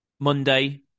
Monday